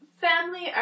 Family